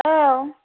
औ